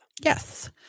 Yes